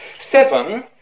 Seven